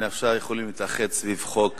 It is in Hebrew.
אנחנו יכולים להתאחד סביב חוק